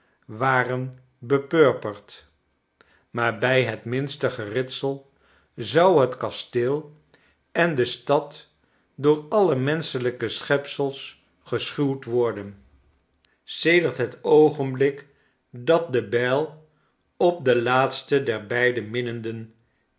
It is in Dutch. waren bepurperd maar bij het minste geritsel zou het kasteel en de stad door alle menschelijke schepsels geschuwd worden sedert het oogenblik dat de bijl op de laatste der beide minnenden